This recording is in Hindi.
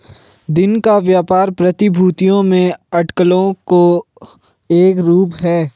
दिन का व्यापार प्रतिभूतियों में अटकलों का एक रूप है